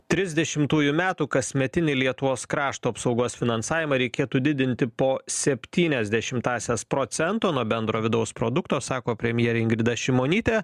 trisdešimtųjų metų kasmetinį lietuvos krašto apsaugos finansavimą reikėtų didinti po septynias dešimtąsias procento nuo bendro vidaus produkto sako premjerė ingrida šimonytė